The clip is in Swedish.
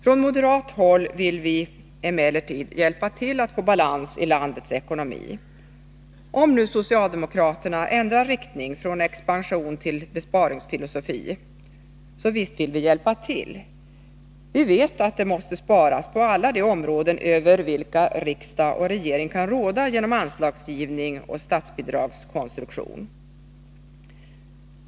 Från moderat håll vill vi emellertid hjälpa till att få balans i landets ekonomi. Om nu socialdemokraterna ändrar riktning från expansion till besparingsfilosofi, så visst vill vi hjälpa till. Vi vet att det måste sparas på alla de områden över vilka riksdag och regering kan råda genom anslagsgivning och statsbidragskonstruktion.